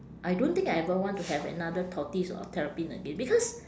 I don't think I ever want to have another tortoise or terrapin again because